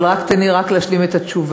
אבל תן לי רק להשלים את התשובה.